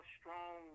strong